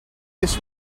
this